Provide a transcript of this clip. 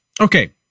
okay